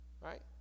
right